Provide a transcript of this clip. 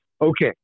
Okay